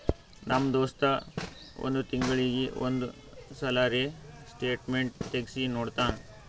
ನಮ್ ದೋಸ್ತ್ ಒಂದ್ ತಿಂಗಳೀಗಿ ಒಂದ್ ಸಲರೇ ಸ್ಟೇಟ್ಮೆಂಟ್ ತೆಗ್ಸಿ ನೋಡ್ತಾನ್